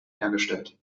hergestellt